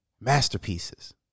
masterpieces